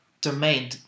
domain